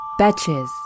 Betches